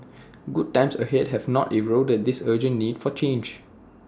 good times ahead have not eroded this urgent need for change